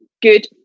good